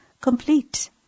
complete